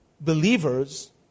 believers